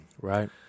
Right